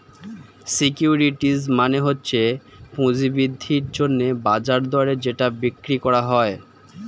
securities মানে হচ্ছে পুঁজি বৃদ্ধির জন্যে বাজার দরে যেটা বিক্রি করা যায়